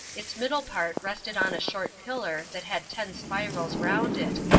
its middle part rested on a short pillar that had ten spirals round it,